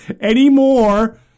anymore